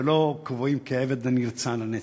ולא קבועים כעבד נרצע לנצח.